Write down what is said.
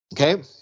okay